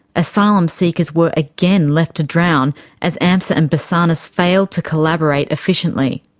asylum seekers were again left to drown as amsa and basarnas failed to collaborate efficiently.